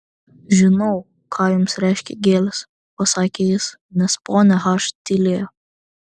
žinau ką jums reiškia gėlės pasakė jis nes ponia h tylėjo